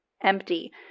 empty